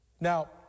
Now